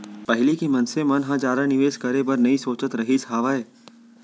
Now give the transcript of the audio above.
पहिली के मनसे मन ह जादा निवेस करे बर नइ सोचत रहिस हावय